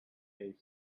case